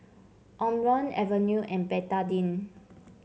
Omron Avene and Betadine